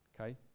Okay